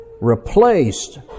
Replaced